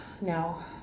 No